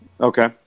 Okay